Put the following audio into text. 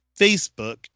Facebook